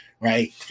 right